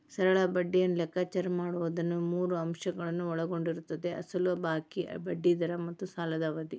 ಸರಳ ಬಡ್ಡಿಯನ್ನು ಲೆಕ್ಕಾಚಾರ ಮಾಡುವುದು ಮೂರು ಅಂಶಗಳನ್ನು ಒಳಗೊಂಡಿರುತ್ತದೆ ಅಸಲು ಬಾಕಿ, ಬಡ್ಡಿ ದರ ಮತ್ತು ಸಾಲದ ಅವಧಿ